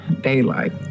Daylight